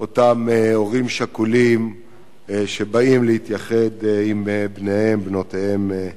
אותם הורים שכולים שבאים להתייחד עם זכר בניהם או בנותיהם.